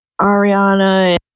Ariana